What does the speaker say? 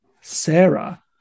Sarah